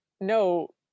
no